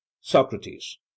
socrates